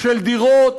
של דירות